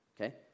Okay